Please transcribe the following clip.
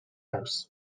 house